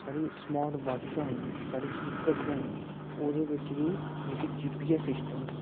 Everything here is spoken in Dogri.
साढ़ी स्मार्ट वॉचां न साढ़ी जेह्की घड़ियां न ओह्दे बिच बी जेह्की जीपीएस सिस्टम